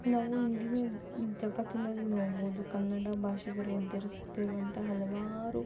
ನಾವು ಇಂದಿನ ಜಗತ್ತಿನಲ್ಲಿ ನೋಡ್ಬೋದು ಕನ್ನಡ ಭಾಷಿಗರು ಎದುರಿಸ್ತಿರುವಂಥ ಹಲವಾರು